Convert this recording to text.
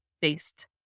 based